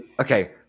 okay